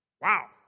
wow